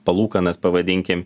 palūkanas pavadinkim